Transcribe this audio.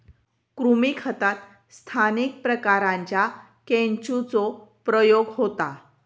कृमी खतात स्थानिक प्रकारांच्या केंचुचो प्रयोग होता